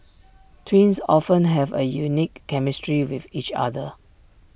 twins often have A unique chemistry with each other